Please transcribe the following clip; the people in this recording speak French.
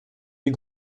des